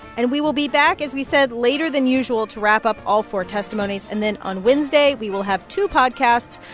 and we will be back, as we said, later than usual to wrap up all four testimonies. and then on wednesday we will have two podcasts,